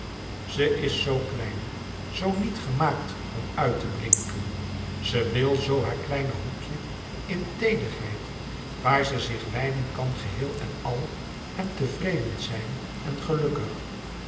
ze is zoo klein zoo niet gemaakt om uit te blinken ze wil zoo haar kleine hoekje in teederheid waar ze zich wijden kan geheel en al en tevreden zijn en gelukkig